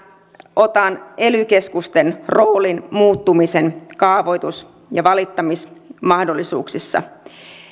otan ely keskusten roolin muuttumisen kaavoitus ja valittamismahdollisuuksissa